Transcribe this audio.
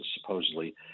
supposedly